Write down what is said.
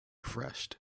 refreshed